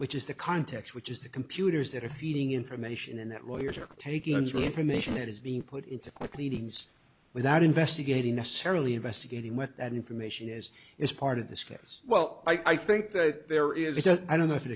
which is the context which is the computers that are feeding information and that reuters are taking information it is being put into like leadings without investigating necessarily investigating with that information is is part of this case well i think that there is a i don't know if